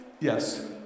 yes